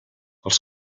els